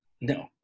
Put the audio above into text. No